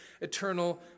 eternal